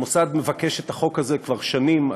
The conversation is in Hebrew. המוסד מבקש את החוק הזה כבר שנים,